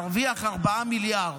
תרוויח 4 מיליארד,